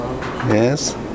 Yes